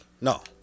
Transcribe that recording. No